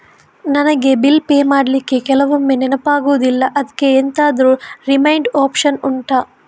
ನನಗೆ bill pay ಮಾಡ್ಲಿಕ್ಕೆ ಕೆಲವೊಮ್ಮೆ ನೆನಪಾಗುದಿಲ್ಲ ಅದ್ಕೆ ಎಂತಾದ್ರೂ ರಿಮೈಂಡ್ ಒಪ್ಶನ್ ಉಂಟಾ